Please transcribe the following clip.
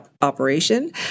operation